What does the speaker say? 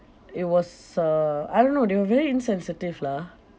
it was uh I don't know they were very insensitive lah